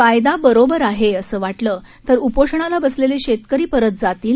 कायदा बरोबर आहे असं वाटलं तर उपोषणाला बसलेले शेतकरी परत जातील